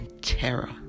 terror